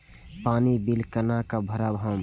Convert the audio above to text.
पानी बील केना भरब हम?